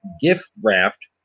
gift-wrapped